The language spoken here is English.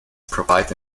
provide